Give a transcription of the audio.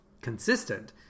consistent